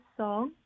song